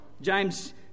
James